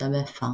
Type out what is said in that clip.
וכוסתה בעפר.